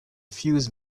fuse